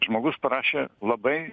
žmogus parašė labai